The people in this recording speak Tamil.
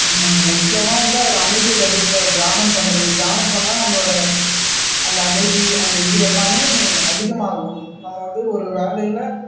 முக்கியமாக வந்து அவர் அமைதியை கற்றுக் கொடுத்தாரு தியானம் பண்ணுறது தியானம் பண்ணிணா நம்மளோடய அந்த அமைதி அந்த இது எல்லாமே அதிகமாகும் நம்ம வந்து ஒரு வேலையில்